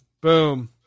Boom